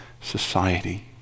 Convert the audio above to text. society